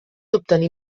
obtenir